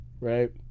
right